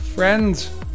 Friends